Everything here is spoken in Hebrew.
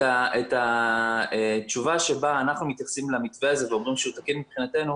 את התשובה שבה אנחנו מתייחסים למתווה הזה ואומרים שהוא תקין מבחינתנו,